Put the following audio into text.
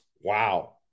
Wow